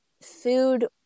food